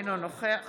אינו נוכח